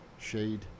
Shade